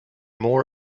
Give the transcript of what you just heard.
more